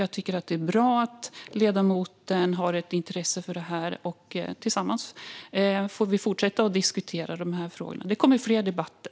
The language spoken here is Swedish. Det är bra att ledamoten har ett intresse för detta. Tillsammans får vi fortsätta att diskutera de här frågorna. Det kommer fler debatter.